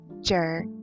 Jerk